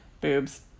boobs